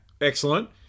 excellent